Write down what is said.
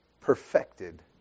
Perfected